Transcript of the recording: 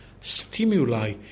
stimuli